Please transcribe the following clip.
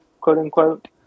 quote-unquote